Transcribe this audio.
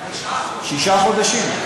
תשעה חודשים.